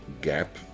gap